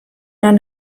han